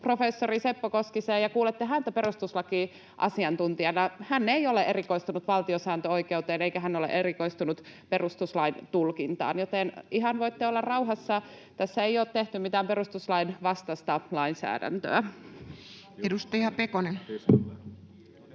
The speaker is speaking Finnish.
Kymäläinen: Vähättelettekö te professoria?] Hän ei ole erikoistunut valtiosääntöoikeuteen, eikä hän ole erikoistunut perustuslain tulkintaan, joten ihan voitte olla rauhassa. Tässä ei ole tehty mitään perustuslain vastaista lainsäädäntöä. [Speech